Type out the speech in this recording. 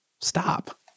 stop